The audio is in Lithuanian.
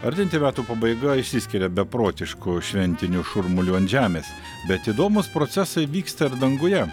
artėjanti metų pabaiga išsiskiria beprotišku šventiniu šurmuliu ant žemės bet įdomūs procesai vyksta ir danguje